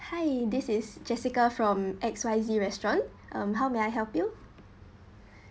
hi this is jessica from X Y Z restaurant um how may I help you